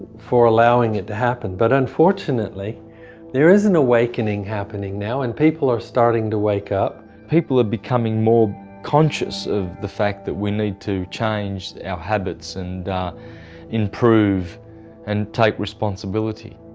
for allowing it to happen. but unfortunately there is an awakening happening now and people are starting to wake up. people are becoming more conscious of the fact that we need to change our habits and improve and take responsibility.